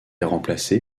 remplacé